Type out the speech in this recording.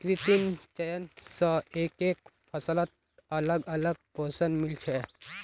कृत्रिम चयन स एकके फसलत अलग अलग पोषण मिल छे